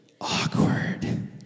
awkward